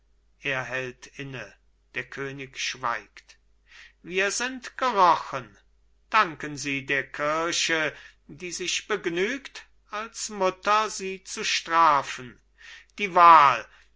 er hält inne der könig schweigt wir sind gerochen danken sie der kirche die sich begnügt als mutter sie zu strafen die wahl